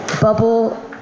Bubble